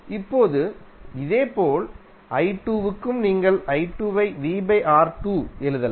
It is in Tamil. இப்போது இதேபோல் i2 க்கும் நீங்கள் i2 ஐ எழுதலாம்